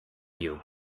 you